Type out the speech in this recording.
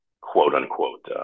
quote-unquote